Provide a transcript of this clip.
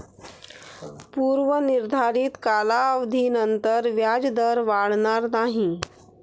पूर्व निर्धारित कालावधीनंतर व्याजदर वाढणार नाही